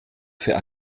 für